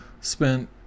spent